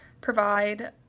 provide